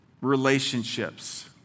relationships